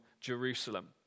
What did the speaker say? Jerusalem